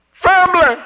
Family